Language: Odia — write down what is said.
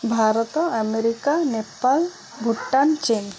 ଭାରତ ଆମେରିକା ନେପାଳ ଭୁଟାନ ଚୀନ